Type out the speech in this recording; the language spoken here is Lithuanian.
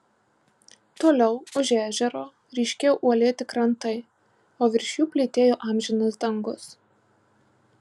toliau už ežero ryškėjo uolėti krantai o virš jų plytėjo amžinas dangus